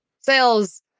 sales